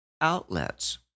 outlets